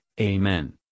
Amen